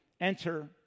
enter